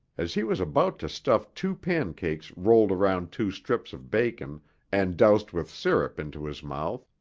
as he was about to stuff two pancakes rolled around two strips of bacon and doused with syrup into his mouth,